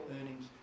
earnings